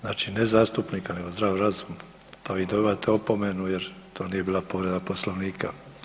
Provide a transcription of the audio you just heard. Znači ne zastupnika nego zdrav razum pa vi dobivate opomenu jer to nije bila Povreda Poslovnika.